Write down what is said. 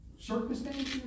circumstances